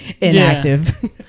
inactive